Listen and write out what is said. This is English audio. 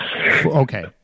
Okay